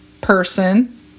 person